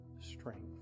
strength